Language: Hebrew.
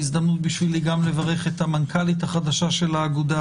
הזדמנות בשבילי לברך גם את המנכ"לית החדשה של האגודה,